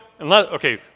Okay